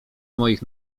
moich